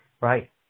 right